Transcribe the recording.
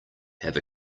have